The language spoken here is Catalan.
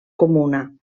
comuna